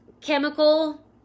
chemical